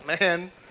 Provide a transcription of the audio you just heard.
man